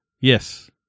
Yes